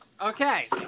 Okay